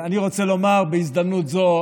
בהזדמנות הזאת